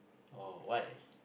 oh what